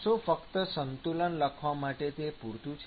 શું ફક્ત સંતુલન લખવા માટે તે પૂરતું છે